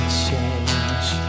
change